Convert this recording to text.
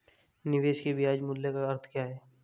निवेश के ब्याज मूल्य का अर्थ क्या है?